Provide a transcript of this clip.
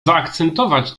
zaakcentować